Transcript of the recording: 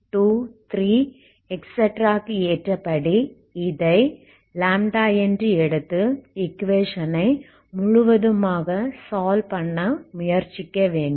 ஆகவே n0123க்கு ஏற்றபடி இதை என்று λ எடுத்து இந்த ஈக்குவேஷன் ஐ முழுவதுமாக சால்வ் பண்ண முயற்சிக்க வேண்டும்